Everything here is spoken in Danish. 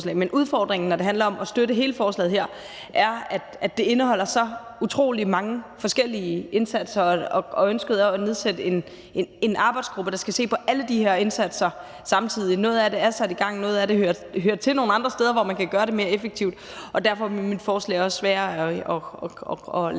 Men udfordringen, når det handler om at støtte hele forslaget her, er, at det indeholder så utrolig mange forskellige indsatser, og derfor er der et ønske om at nedsætte en arbejdsgruppe, der skal se på alle de her indsatser samtidig, hvoraf noget af det er sat i gang. Noget af det hører til nogle andre steder, hvor vi kan gøre det mere effektivt, og derfor vil mit forslag også være at lande en